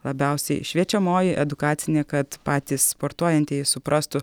labiausiai šviečiamoji edukacinė kad patys sportuojantieji suprastų